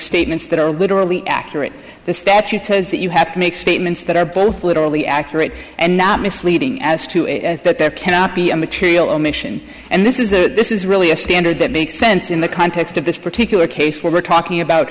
statements that are literally accurate the statute says that you have to make statements that are both literally accurate and not misleading as to that there cannot be a material omission and this is a this is really a standard that makes sense in the context of this particular case we're talking about